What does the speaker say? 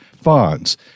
funds